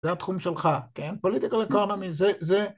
‫זה התחום שלך, כן? ‫political aconomy, זה זה...